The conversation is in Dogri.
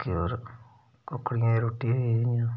बाकी होर कुक्कड़िया ई रुट्टी बी इ'यां